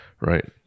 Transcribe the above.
right